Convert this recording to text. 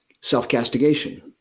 self-castigation